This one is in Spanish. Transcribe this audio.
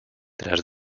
tras